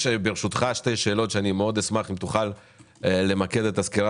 ברשותך יש לי שתי שאלות שאשמח מאוד אם תוכל למקד את הסקירה